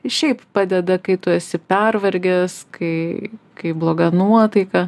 šiaip padeda kai tu esi pervargęs kai kai bloga nuotaika